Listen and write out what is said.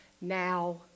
now